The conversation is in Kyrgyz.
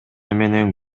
менен